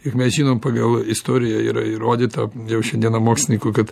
juk mes žinom pagal istoriją yra įrodyta jau šiandieną mokslininkų kad